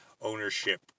ownership